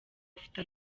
ufite